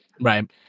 Right